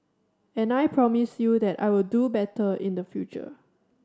and I promise you that I will do better in the future